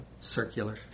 circular